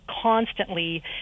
constantly